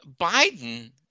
Biden